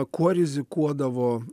kuo rizikuodavo